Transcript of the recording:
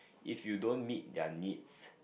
if you don't meet their needs